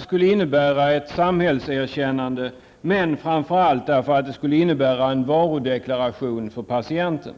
skulle innebära ett samhällserkännande, men framför allt skulle det innebära en varudeklaration för patienten.